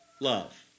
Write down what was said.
love